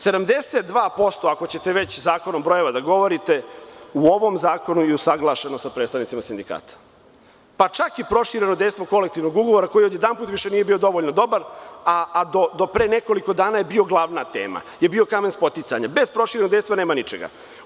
Sedamdeset i dva posto, ako ćete zakonom brojeva da govorite, u ovom zakonu je usaglašeno sa predstavnicima sindikata, pa čak i prošireno dejstvo kolektivnog ugovora koji odjedanput više nije bio dovoljno dobar, a do pre nekoliko dana je bio glavna tema, bio je kamen spoticanja, bez proširenog dejstva nema ničega.